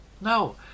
No